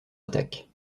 attaque